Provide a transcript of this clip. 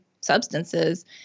substances